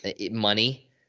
money